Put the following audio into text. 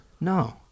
No